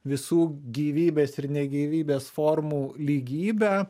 visų gyvybės ir ne gyvybės formų lygybę